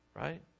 right